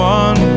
one